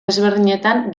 desberdinetan